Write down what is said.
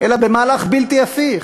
אלא במהלך בלתי הפיך.